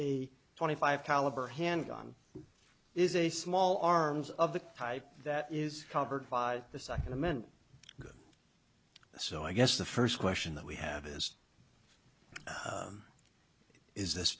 a twenty five caliber handgun is a small arms of the type that is covered by the second amendment so i guess the first question that we have is is this